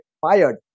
fired